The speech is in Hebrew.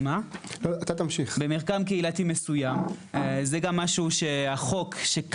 דתיים לאומיים וכל המגוון הגדול.